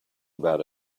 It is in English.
about